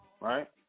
right